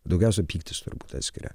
daugiausia pyktis turbūt atskiria